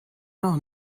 noch